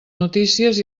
notícies